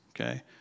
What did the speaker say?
okay